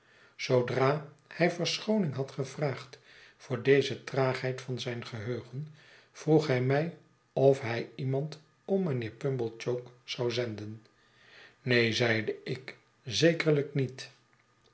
zoodra hij verschooning had gevraagd voor deze traagheid van zijn geheugen vroeg hij mij of hij iemand om mijnheer pumblechook zou zenden neen zeide ik zekerlijk niet